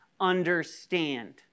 understand